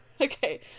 Okay